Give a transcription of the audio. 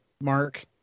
mark